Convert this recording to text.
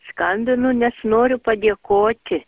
skambinu nes noriu padėkoti